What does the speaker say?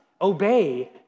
obey